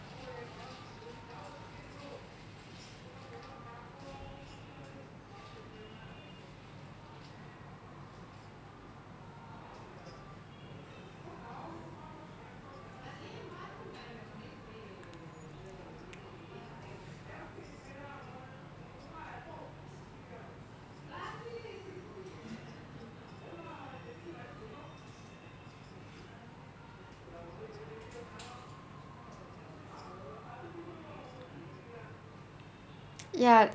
ya